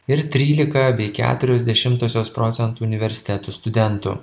ir trylika bei keturios dešimtosios procentų universitetų studentų